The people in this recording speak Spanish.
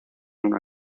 una